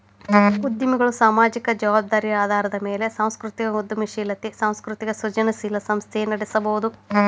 ಉದ್ಯಮಿಗಳ ಸಾಮಾಜಿಕ ಜವಾಬ್ದಾರಿ ಆಧಾರದ ಮ್ಯಾಲೆ ಸಾಂಸ್ಕೃತಿಕ ಉದ್ಯಮಶೇಲತೆ ಸಾಂಸ್ಕೃತಿಕ ಸೃಜನಶೇಲ ಸಂಸ್ಥೆನ ನಡಸಬೋದು